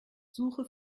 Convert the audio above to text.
suche